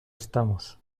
estamos